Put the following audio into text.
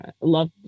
love